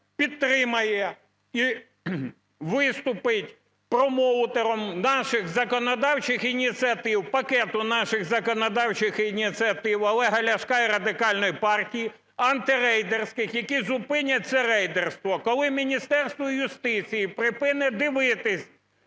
підтримає і виступить промоутером наших законодавчих ініціатив, пакету наших законодавчих ініціатив, Олега Ляшка і Радикальної партії, антирейдерських, які зупинять це рейдерство? Коли Міністерство юстиції припинить дивитися